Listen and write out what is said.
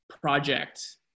project